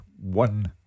One